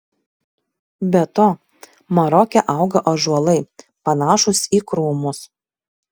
be to maroke auga ąžuolai panašūs į krūmus